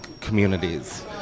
communities